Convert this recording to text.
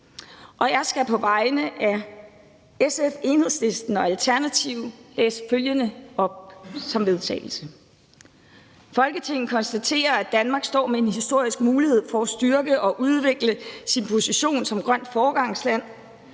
Jeg skal på vegne af SF, Enhedslisten og Alternativet læse følgende forslag til vedtagelse op: Forslag til vedtagelse »Folketinget konstaterer, at Danmark står med en historisk mulighed for at styrke og udvikle sin position som et grønt foregangsland